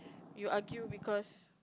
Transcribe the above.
you argue because